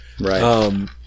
Right